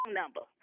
number